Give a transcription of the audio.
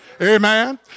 Amen